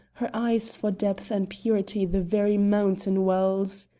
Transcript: her eyes for depth and purity the very mountain wells.